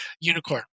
unicorn